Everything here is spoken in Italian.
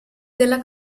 della